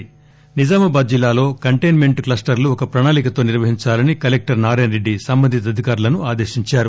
నిజామాబాద్ నిజామాబాద్ జిల్లాలో containment cluster లు ఒక ప్రణాళికతో నిర్వహించాలని జిల్లా కలెక్టర్ నారాయణరెడ్డి సంబంధిత అధికారులను ఆదేశించారు